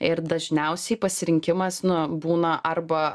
ir dažniausiai pasirinkimas nu būna arba